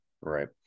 right